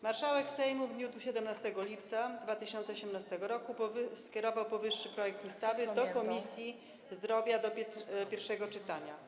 Marszałek Sejmu w dniu 17 lipca 2018 r. skierował powyższy projekt ustawy do Komisji Zdrowia do pierwszego czytania.